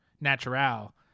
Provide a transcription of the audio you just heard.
natural